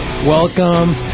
Welcome